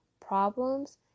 problems